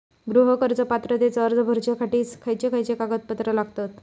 गृह कर्ज पात्रतेचो अर्ज भरुच्यासाठी खयचे खयचे कागदपत्र लागतत?